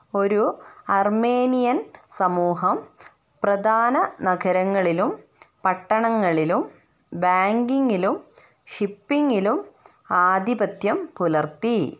ഒരു അർമേനിയൻ സമൂഹം പ്രധാന നഗരങ്ങളിലും പട്ടണങ്ങളിലും ബാങ്കിംഗിലും ഷിപ്പിംഗിലും ആധിപത്യം പുലർത്തി